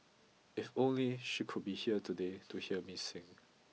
if only she could be here today to hear me sing